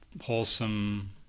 wholesome